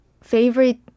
favorite